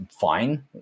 fine